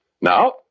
Now